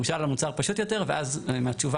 והוא שאל על מוצר פשוט יותר ואז מהתשובה